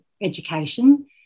education